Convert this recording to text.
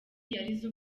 yarize